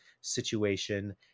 situation